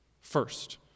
First